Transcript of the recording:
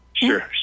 Sure